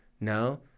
No